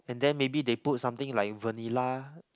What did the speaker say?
and then maybe they put something like vanilla